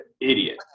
idiot